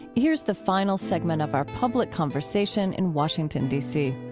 here's the final segment of our public conversation in washington, dc